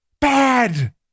bad